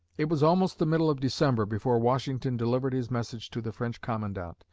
it was almost the middle of december before washington delivered his message to the french commandant,